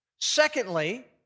Secondly